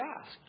asked